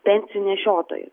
pensijų nešiotojus